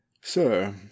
sir